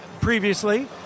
previously